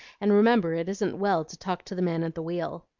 and remember it isn't well to talk to the man at the wheel.